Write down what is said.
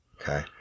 Okay